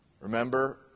Remember